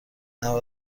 نود